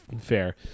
fair